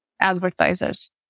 advertisers